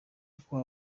uko